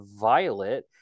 Violet